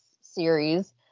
series